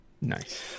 Nice